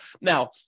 Now